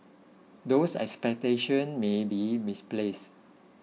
those expectations may be misplaced